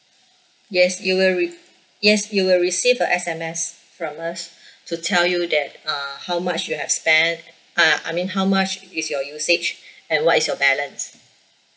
yes you will re~ yes you will receive a S_M_S from us to tell you that uh how much you have spent uh I mean how much is your usage and what is your balance